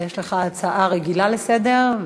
יש לך הצעה רגילה לסדר,